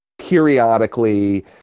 periodically